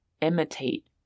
imitate